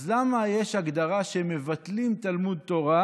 אז למה יש הגדרה שמבטלים תלמוד תורה